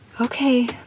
okay